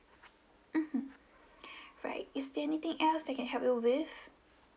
mmhmm right is there anything else that can help you with